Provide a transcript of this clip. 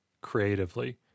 creatively